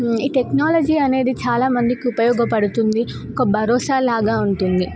ఈ టెక్నాలజీ అనేది చాలామందికి ఉపయోగపడుతుంది ఒక భరోసాలాగా ఉంటుంది